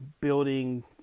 building